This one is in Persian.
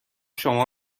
شما